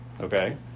okay